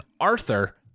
arthur